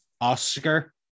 Oscar